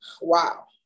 Wow